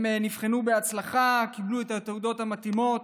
הם נבחנו בהצלחה, קיבלו את התעודות המתאימות,